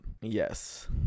yes